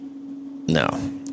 No